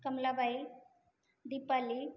Kamlabai Deepali